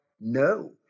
No